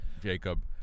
jacob